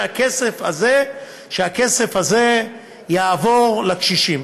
שהכסף הזה יעבור לקשישים,